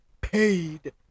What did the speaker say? paid